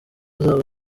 zabo